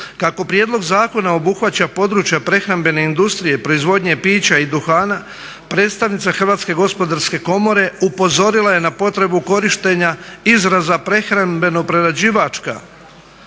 Kako prijedlog zakona obuhvaća područja prehrambene industrije, proizvodnje pića i duhana, predstavnica Hrvatske gospodarske komore upozorila je na potrebu korištenja izraza prehrambeno-prerađivačka